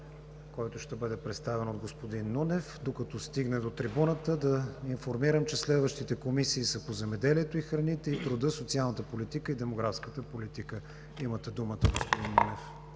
който ще бъде представен от господин Нунев. Докато стигне до трибуната да Ви информирам, че следващите комисии са: Комисията по земеделието и храните и Комисията по труда, социалната и демографската политика. Имате думата, господин Нунев.